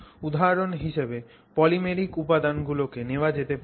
উদাহরণ হিসেবে পলিমেরিক উপাদান গুলোকে নেওয়া যেতে পারে